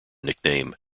nickname